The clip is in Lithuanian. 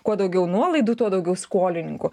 kuo daugiau nuolaidų tuo daugiau skolininkų